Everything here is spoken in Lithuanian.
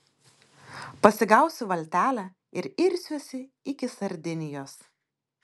pasigausiu valtelę ir irsiuosi iki sardinijos